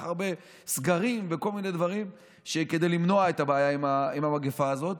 הרבה סגרים וכל מיני דברים כדי למנוע את הבעיה עם המגפה הזאת?